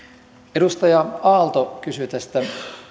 edustaja aalto kysyi tästä